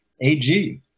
AG